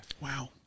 Wow